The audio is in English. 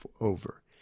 over